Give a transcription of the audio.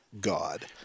God